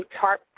TARP